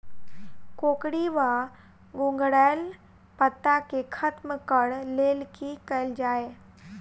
कोकरी वा घुंघरैल पत्ता केँ खत्म कऽर लेल की कैल जाय?